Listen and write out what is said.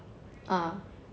ah